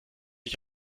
ich